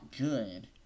good